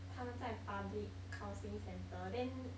他们在 public counselling centre then